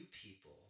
people